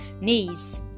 knees